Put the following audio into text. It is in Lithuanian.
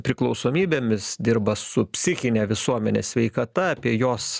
priklausomybėmis dirba su psichine visuomenės sveikata apie jos